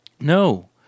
No